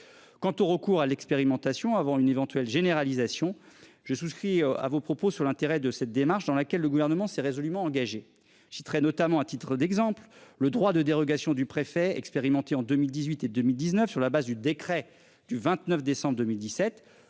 Quant au recours à l'expérimentation avant une éventuelle généralisation je souscris à vos propos sur l'intérêt de cette démarche dans laquelle le gouvernement s'est résolument engagé. Je suis très notamment à titre d'exemple, le droit de dérogation du préfet expérimentée en 2018 et 2019 sur la base du décret du 29 décembre 2017